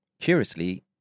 Curiously